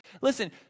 listen